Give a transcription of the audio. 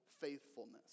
faithfulness